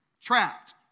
trapped